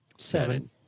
Seven